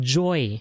joy